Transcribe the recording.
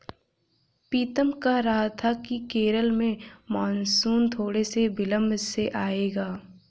पीतम कह रहा था कि केरल में मॉनसून थोड़े से विलंब से आएगा